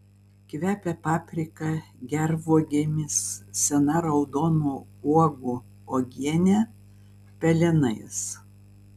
kvepia paprika gervuogėmis sena raudonų uogų uogiene pelenais